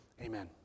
Amen